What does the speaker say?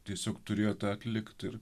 tiesiog turėjo tą atlikt ir